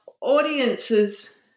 audiences